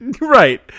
Right